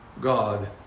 God